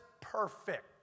perfect